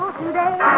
today